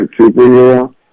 superhero